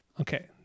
Okay